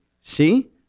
See